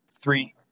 three